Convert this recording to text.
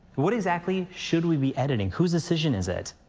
what exactly should we be editing? whose decision is it?